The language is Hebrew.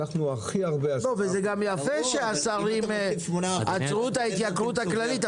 זה יפה שהשרים עצרו את ההתייקרות הכללית,